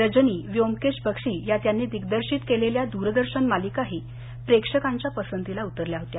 रजनी व्योमकेश बक्षी या त्यांनी दिग्दर्शित केलेल्या द्ररदर्शन मालिका ही प्रेक्षकांच्या पसंतीला उतरल्या होत्या